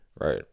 right